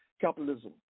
capitalism